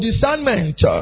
discernment